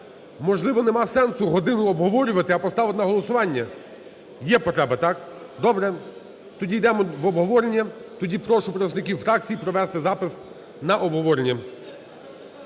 Можливо, немає сенсу годину обговорювати, а поставити на голосування? Є потреба, так. Добре. Тоді йдемо в обговорення. Тоді прошу представників фракція провести запис на обговорення.